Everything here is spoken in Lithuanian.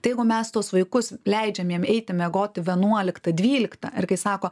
tai jeigu mes tuos vaikus leidžiam jiem eiti miegoti vienuoliktą dvyliktą ir kai sako